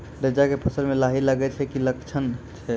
रैचा के फसल मे लाही लगे के की लक्छण छै?